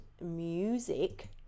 music